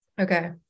Okay